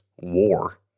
war